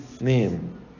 name